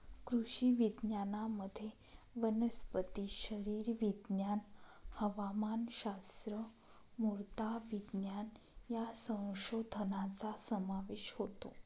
कृषी विज्ञानामध्ये वनस्पती शरीरविज्ञान, हवामानशास्त्र, मृदा विज्ञान या संशोधनाचा समावेश होतो